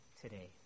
today